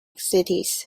cities